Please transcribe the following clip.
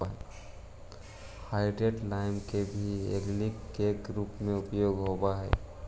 hydrated lime के भी algicide के रूप में उपयोग होव हई